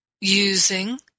using